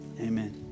Amen